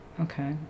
Okay